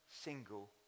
single